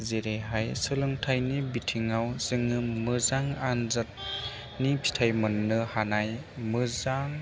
जेरैहाय सोलोंथाइनि बिथिङाव जोङो मोजां आन्जाद नि फिथाइ मोन्नो हानाय मोजां